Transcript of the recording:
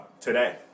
today